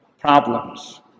problems